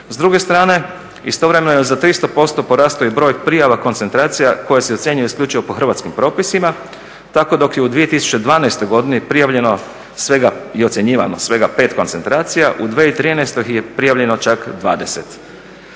S druge strane istovremeno je za 300% porastao i broj prijava koncentracija koja se ocjenjuje isključivo po hrvatskim propisima. Tako dok je u 2012. godini prijavljeno svega i ocjenjivano svega pet koncentracija u 2013. ih je prijavljeno čak 20.